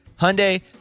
Hyundai